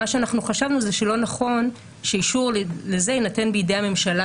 מה שאנחנו חשבנו זה שלא נכון שאישור לזה יינתן בידי הממשלה